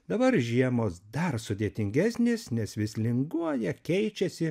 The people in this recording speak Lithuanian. dabar žiemos dar sudėtingesnės nes vis linguoja keičiasi